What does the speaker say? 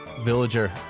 Villager